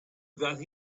got